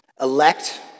elect